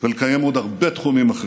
ועוד הרבה תחומים אחרים.